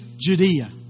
Judea